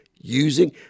using